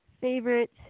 favorite